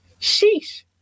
Sheesh